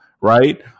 Right